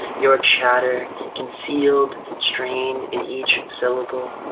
your chatter concealed strain in each syllable.